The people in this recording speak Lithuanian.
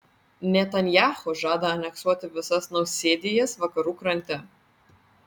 netanyahu žada aneksuoti visas nausėdijas vakarų krante